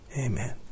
Amen